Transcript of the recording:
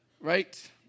right